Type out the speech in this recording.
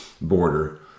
border